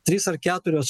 trys ar keturios